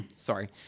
Sorry